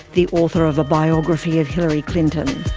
the author of a biography of hillary clinton.